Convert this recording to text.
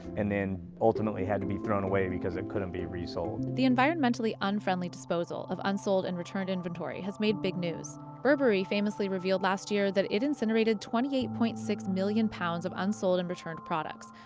and then ultimately had to be thrown away because it couldn't be resold. the environmentally unfriendly disposal of unsold and returned inventory has made big news. burberry famously revealed last year that it incinerated twenty eight point six million pounds of unsold and returned products,